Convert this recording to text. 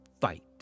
Fight